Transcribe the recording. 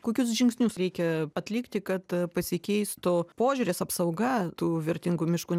kokius žingsnius reikia atlikti kad pasikeistų požiūris apsauga tų vertingų miškų